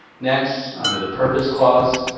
next, under the purpose clause,